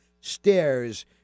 stairs